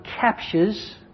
captures